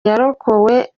yakorewe